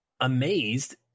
amazed